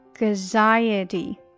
anxiety